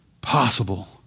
Possible